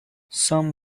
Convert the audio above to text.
some